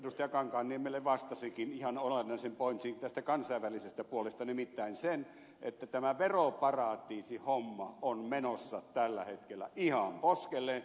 kankaanniemelle vastasikin ihan olennaisen pointsin tästä kansainvälisestä puolesta nimittäin sen että tämä veroparatiisihomma on menossa tällä hetkellä ihan poskelleen